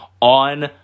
on